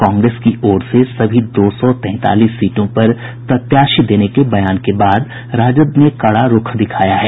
कांग्रेस की ओर से सभी दो सौ तैंतालीस सीटों पर प्रत्याशी देने के बयान के बाद राजद ने कड़ा रूख दिखाया है